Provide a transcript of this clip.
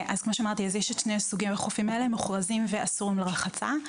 יש שני סוגי חופים - מוכרזים ואסורים לרחצה.